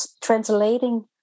translating